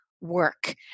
work